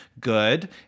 good